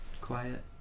quiet